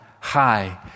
high